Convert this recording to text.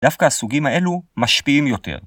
דווקא הסוגים האלו משפיעים יותר.